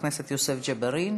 חבר הכנסת יוסף ג'בארין,